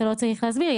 אתה לא צריך להסביר לי.